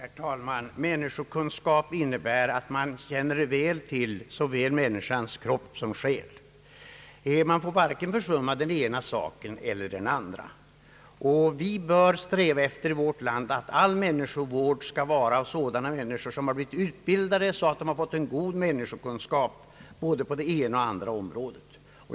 Herr talman! Människokunskap innebär att man känner väl till såväl människans kropp som själ. Man får varken försumma den ena eller den andra. Vi bör i vårt land sträva efter att all människovård skall lämnas av sådana personer som har blivit utbildade och fått en god människokunskap både på det ena och det andra området.